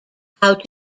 how